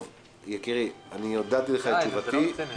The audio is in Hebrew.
טוב, יקירי, אני הודעתי לך תשובתי.